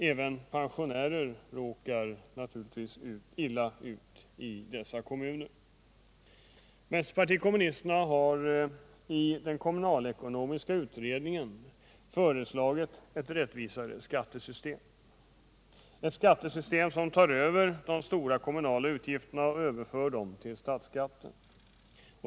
Även pensionärer råkar illa ut i dessa kommuner. Vänsterpartiet kommunisterna har i kommunalekonomiska utredningen föreslagit ett rättvisare skattesystem, ett skattesystem som tar över de stora kommunala utgifterna och överför dem till statsskatten.